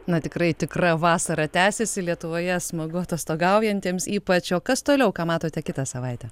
na tikrai tikra vasara tęsiasi lietuvoje smagu atostogaujantiems ypač o kas toliau ką matote kitą savaitę